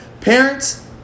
parents